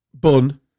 Bun